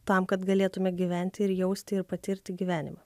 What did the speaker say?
tam kad galėtume gyventi ir jausti ir patirti gyvenimą